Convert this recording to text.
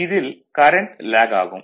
இதில் current lag ஆகும்